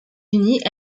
unis